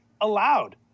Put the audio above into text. allowed